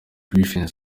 griffiths